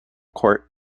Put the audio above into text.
court